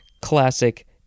classic